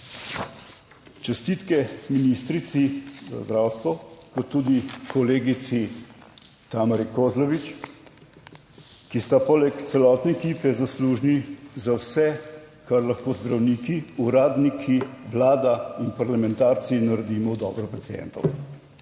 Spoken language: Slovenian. Čestitke ministrici za zdravstvo kot tudi kolegici Tamari Kozlovič, ki sta poleg celotne ekipe zaslužni za vse, kar lahko zdravniki, uradniki, vlada in parlamentarci naredimo v dobro pacientov.